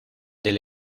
del